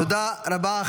תודה רבה.